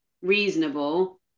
Reasonable